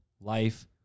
life